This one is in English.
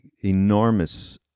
enormous